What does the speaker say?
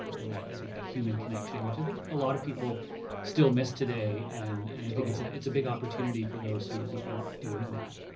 um and i think that human connection, which i think a lot of people still miss today. and and i think it's ah it's a big opportunity for those who who aren't doing that.